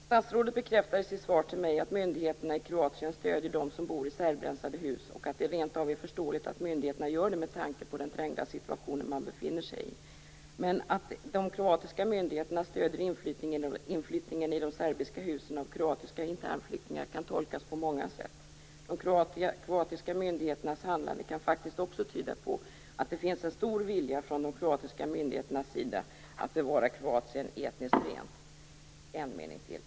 Statsrådet bekräftar i sitt svar till mig att myndigheterna i Kroatien stödjer de som bor i serbrensade hus, och menar att det rent av är förståeligt att myndigheterna gör det med tanke på den trängda situation man befinner sig i. Men att de kroatiska myndigheterna stödjer inflyttningen i de serbiska husen av kroatiska internflyktingar kan tolkas på många sätt. De kroatiska myndigheternas handlande kan faktiskt också tyda på att det finns en stor vilja från de kroatiska myndigheternas sida att bevara Kroatien etnisk rent.